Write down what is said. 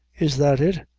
is that it?